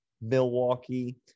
Milwaukee